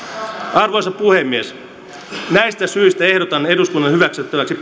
arvoisa puhemies näistä syistä ehdotan eduskunnan hyväksyttäväksi